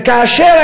וכאשר